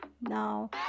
Now